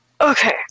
Okay